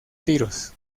tiros